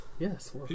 Yes